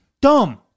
dumb